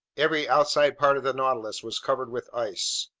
every outside part of the nautilus was covered with ice.